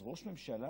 אז ראש ממשלה?